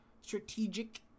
strategic